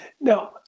Now